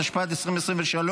התשפ"ד 2023,